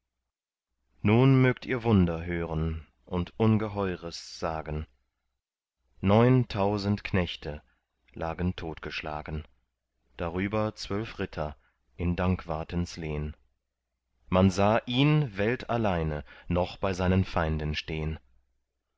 nun mögt ihr wunder hören und ungeheures sagen neuntausend knechte lagen totgeschlagen darüber zwölf ritter in dankwartens lehn man sah ihn weltalleine noch bei seinen feinden stehn